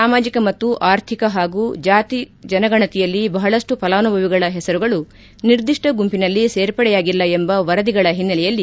ಸಾಮಾಜಿಕ ಮತ್ತು ಆರ್ಥಿಕ ಹಾಗೂ ಜಾತಿ ಜನಗಣತಿಯಲ್ಲಿ ಬಹಳಷ್ಟು ಫಲಾನುಭವಿಗಳ ಹೆಸರುಗಳು ನಿರ್ದಿಷ್ಲ ಗುಂಬಿನಲ್ಲಿ ಸೇರ್ಪಡೆಯಾಗಿಲ್ಲ ಎಂಬ ವರದಿಗಳ ಹಿನ್ನೆಲೆಯಲ್ಲಿ